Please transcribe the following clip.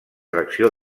tracció